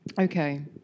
Okay